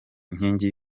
nkingi